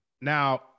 Now